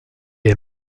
est